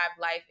life